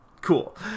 Cool